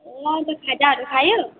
ए अन्त खाजाहरू खायो